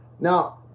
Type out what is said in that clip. Now